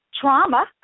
trauma